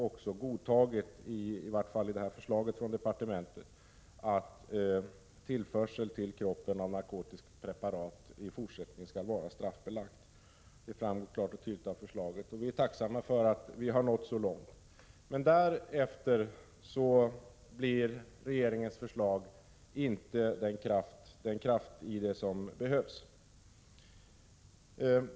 Man har i varje fall i detta förslag från departementet godtagit att tillförsel till kroppen av 7 narkotiskt preparat i fortsättningen skall vara straffbelagt. Det framgår klart och tydligt av förslaget, och vi är tacksamma för att vi har nått så långt. Därutöver har regeringens förslag emellertid inte den kraft som behövs.